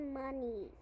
money